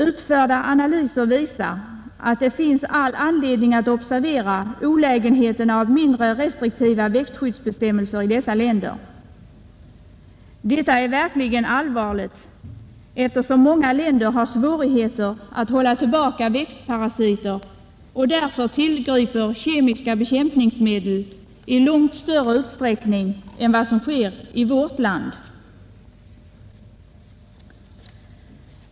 Utförda analyser visar att det finns all anledning att observera olägenheterna av mindre restriktiva växtskyddsbestämmelser i dessa länder. Detta är verkligen allvarligt, eftersom många länder har svårigheter att hålla tillbaka växtparasiter och därför tillgriper kemiska bekämpningsmedel i långt större utsträckning än vad som sker i vårt land.